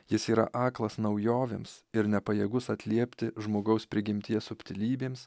jis yra aklas naujovėms ir nepajėgus atliepti žmogaus prigimties subtilybėms